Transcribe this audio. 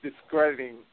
discrediting